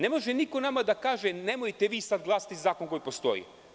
Ne može niko nama da kaže – nemojte vi sad glasati za zakon koji postoji.